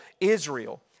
Israel